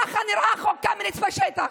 ככה נראה חוק קמיניץ בשטח.